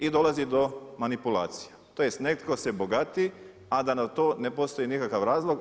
I dolazi do manipulacija, tj. netko se bogati, a da na to ne postoji nikakav razlog.